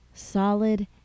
solid